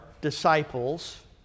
disciples